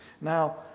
Now